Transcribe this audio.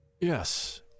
yes